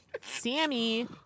Sammy